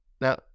Now